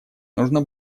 нужно